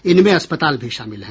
इनमें अस्पताल भी शामिल हैं